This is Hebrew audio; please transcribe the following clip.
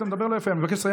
אתה מדבר לא יפה.